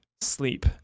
sleep